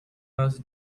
most